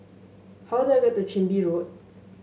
how do I get to Chin Bee Road